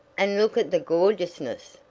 and look at the gorgeousness,